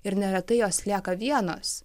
ir neretai jos lieka vienos